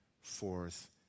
forth